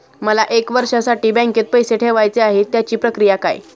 मला एक वर्षासाठी बँकेत पैसे ठेवायचे आहेत त्याची प्रक्रिया काय?